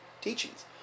teachings